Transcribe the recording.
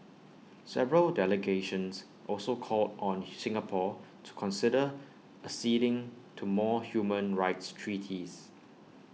several delegations also called on Singapore to consider acceding to more human rights treaties